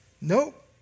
Nope